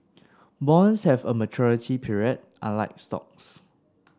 bonds have a maturity period unlike stocks